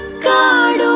god